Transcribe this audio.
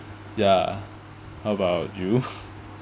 ya how about you